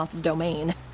domain